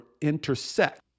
intersect